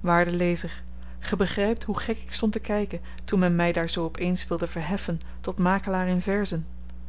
waarde lezer ge begrypt hoe gek ik stond te kyken toen men my daar zoo op eens wilde verheffen tot makelaar in verzen